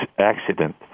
accident